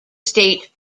state